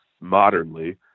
modernly